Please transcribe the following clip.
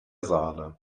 saale